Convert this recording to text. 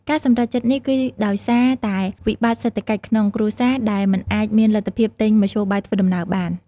ការសម្រេចចិត្តនេះគឺដោយសារតែវិបត្តិសេដ្ឋកិច្ចក្នុងគ្រួសារដែលមិនអាចមានលទ្ធភាពទិញមធ្យោបាយធ្វើដំណើរបាន។